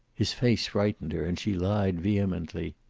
his face frightened her, and she lied vehemently.